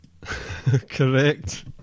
Correct